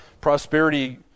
prosperity